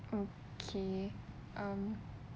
okay um